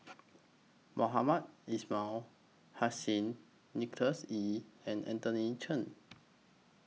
Mohamed Ismail Hussain Nicholas Ee and Anthony Chen